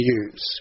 use